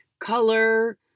color